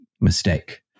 mistake